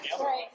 Right